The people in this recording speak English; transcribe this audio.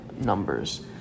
numbers